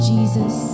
Jesus